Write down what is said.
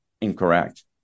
incorrect